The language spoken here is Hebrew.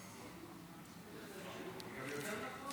כבוד